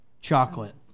chocolate